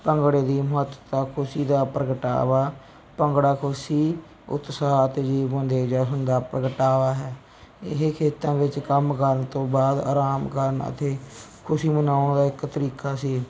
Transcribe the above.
ਭੰਗੜੇ ਦੀ ਮਹੱਤਤਾ ਖੁਸ਼ੀ ਦਾ ਪ੍ਰਗਟਾਵਾ ਭੰਗੜਾ ਖੁਸ਼ੀ ਉਤਸ਼ਾਹ ਅਤੇ ਜੀਵਨ ਦੇ ਜਸ਼ਨ ਦਾ ਪ੍ਰਗਟਾਵਾ ਹੈ ਇਹ ਖੇਤਾਂ ਵਿੱਚ ਕੰਮ ਕਰਨ ਤੋਂ ਬਾਅਦ ਆਰਾਮ ਕਰਨ ਅਤੇ ਖੁਸ਼ੀ ਮਨਾਉਣ ਦਾ ਇੱਕ ਤਰੀਕਾ ਸੀ